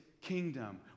kingdom